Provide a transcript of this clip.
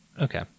Okay